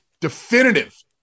definitive